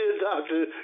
doctor